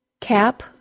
Cap